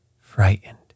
frightened